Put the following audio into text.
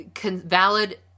valid